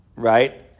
right